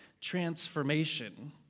transformation